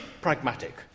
pragmatic